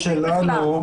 אז מהמקום שלנו,